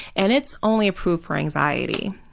and it's only approved for anxiety,